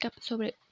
sobre